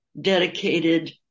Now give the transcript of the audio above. dedicated